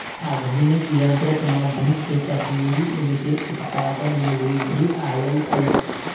आधुनिक यंत्रक माध्यम से कश्मीरी ऊन के उत्पादन में वृद्धि आयल अछि